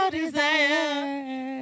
desire